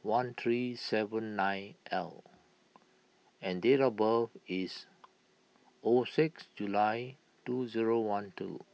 one three seven nine L and date of birth is O six July two zero one two